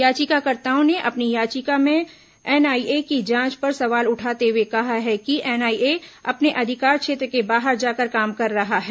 याचिकाकर्ताओं ने अपनी याचिका में एनआईए की जांच पर सवाल उठाते हुए कहा है कि एनआईए अपने अधिकार क्षेत्र के बाहर जाकर काम कर रहा है